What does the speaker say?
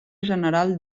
general